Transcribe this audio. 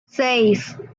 seis